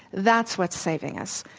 that's what saving us